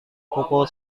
pukul